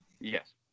Yes